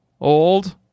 old